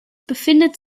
befindet